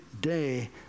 day